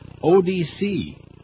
ODC